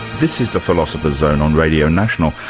this is the philosopher's zone on radio national,